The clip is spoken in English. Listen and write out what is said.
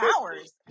hours